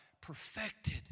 perfected